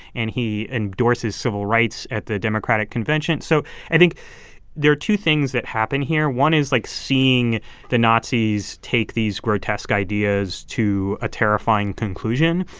and he endorses civil rights at the democratic convention so i think there are two things that happen here. one is, like, seeing the nazis take these grotesque ideas to a terrifying conclusion,